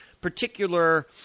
particular